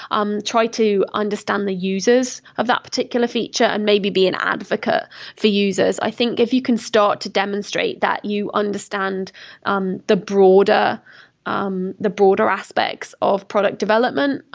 um try to understand the users of that particular feature and maybe be an advocate for users. i think if you can start to demonstrate that you understand um the broader um the broader aspects of product development,